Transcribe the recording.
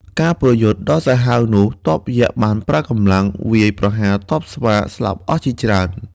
ក្នុងការប្រយុទ្ធដ៏សាហាវនោះ ទ័ពយក្សបានប្រើកម្លាំងវាយប្រហារទ័ពស្វាស្លាប់អស់ជាច្រើន។